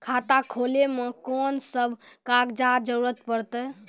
खाता खोलै मे कून सब कागजात जरूरत परतै?